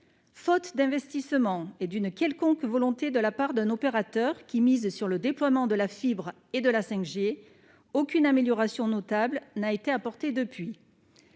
faute d'investissements et d'une quelconque volonté de la part d'un opérateur qui misent sur le déploiement de la fibre et de la 5 G aucune amélioration notable n'a été apportée depuis